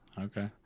Okay